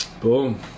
boom